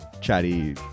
chatty